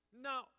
Now